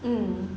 mm